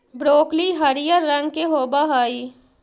broccoli हरियर रंग के होब हई